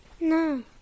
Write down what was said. No